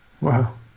Wow